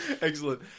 excellent